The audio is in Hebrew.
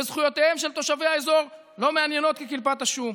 וזכויותיהם של תושבי האזור לא מעניינות כקליפת השום.